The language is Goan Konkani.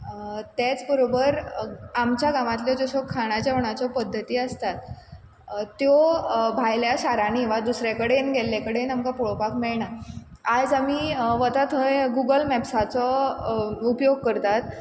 तेंच बरोबर आमच्या गांवातल्यो जश्यो खाणा जेवणाच्यो पद्दती आसतात त्यो भायल्या शारांनी वा दुसरे कडेन गेल्ले कडेन आमकां पळोवपाक मेळना आज आमी वता थंय गुगल मॅप्साचो उपयोग करतात